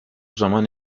zaman